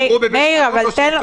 מאיר, תן לו.